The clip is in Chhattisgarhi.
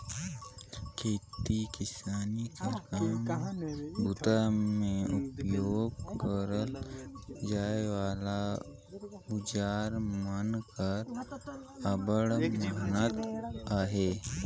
खेती किसानी कर काम बूता मे उपियोग करल जाए वाला अउजार मन कर अब्बड़ महत अहे